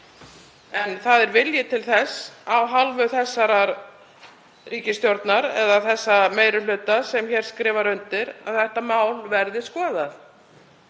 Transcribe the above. En það er vilji til þess af hálfu þessarar ríkisstjórnar eða þess meiri hluta sem hér skrifar undir að þetta mál verði skoðað.